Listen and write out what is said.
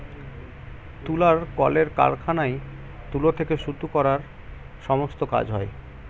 তুলার কলের কারখানায় তুলো থেকে সুতো করার সমস্ত কাজ হয়